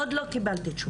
עוד לא קיבלתי תשובה.